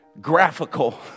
graphical